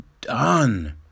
done